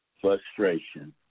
frustration